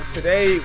Today